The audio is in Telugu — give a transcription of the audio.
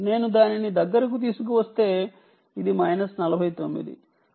నేను దానిని దగ్గరకు తీసుకువస్తే ఇది మైనస్ 49